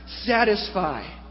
satisfy